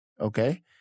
Okay